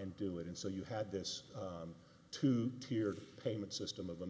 and do it in so you have this two tiered payment system of them